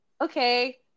okay